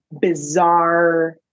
bizarre